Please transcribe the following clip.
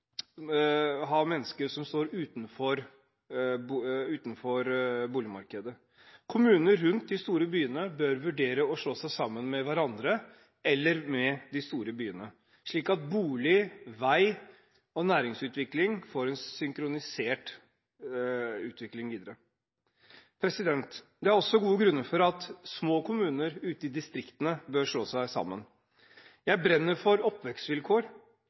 ha mennesker som står utenfor boligmarkedet. Kommunene rundt de store byene bør vurdere å slå seg sammen med hverandre eller sammen med de store byene, slik at bolig, vei og næringsutvikling får en synkronisert utvikling videre. Det er også gode grunner til at små kommuner ute i distriktene bør slå seg sammen. Jeg brenner for oppvekstvilkår